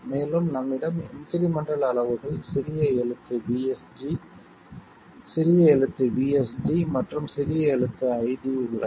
மேலும் நம்மிடம் இன்க்ரிமெண்டல் அளவுகள் சிறிய எழுத்து VSG சிறிய எழுத்து VSD மற்றும் சிறிய எழுத்து ID உள்ளன